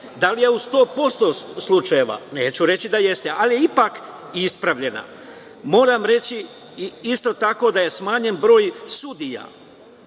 Da li je u 100% slučajeva? Neću reći da jeste, ali je ipak i ispravljena. Moram reći isto tako da je smanjen broj sudija